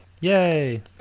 Yay